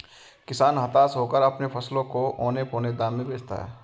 किसान हताश होकर अपने फसलों को औने पोने दाम में बेचता है